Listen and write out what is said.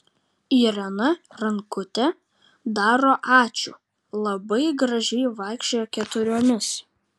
irena rankute daro ačiū labai gražiai vaikščioja keturiomis